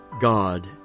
God